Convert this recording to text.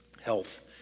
health